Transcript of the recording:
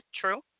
true